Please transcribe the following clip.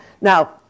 Now